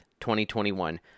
2021